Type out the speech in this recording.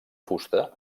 fusta